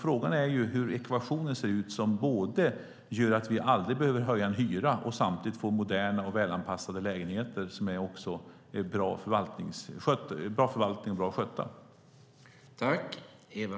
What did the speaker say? Frågan är hur ekvationen ser ut som gör att vi aldrig behöver höja en hyra och samtidigt får moderna och välanpassade lägenheter som har bra förvaltning och är bra skötta.